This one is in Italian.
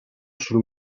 sul